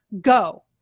Go